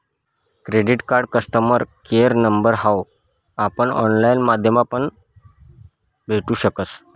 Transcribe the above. credit card customer care number हाऊ आपण online माध्यमापण भेटू शकस